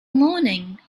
morning